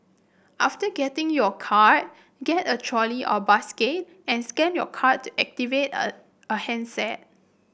after getting your card get a trolley or basket and scan your card to activate a a handset